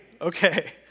Okay